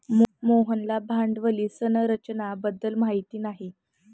मोहनला भांडवली संरचना बद्दल माहिती नाही